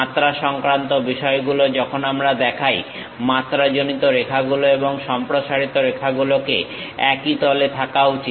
মাত্রা সংক্রান্ত বিষয়গুলো যখন আমরা দেখাই মাত্রাজনিত রেখাগুলো এবং সম্প্রসারিত রেখাগুলোকে একই তলে থাকা উচিত